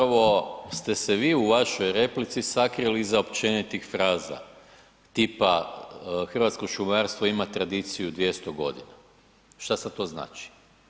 Upravo ste se vi u vašoj replici sakrili iza općenitih fraza tipa hrvatsko šumarstvo ima tradiciju 200 g., šta sad to znači?